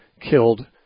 killed